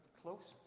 close